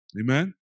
Amen